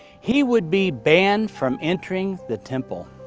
he would be banned from entering the temple,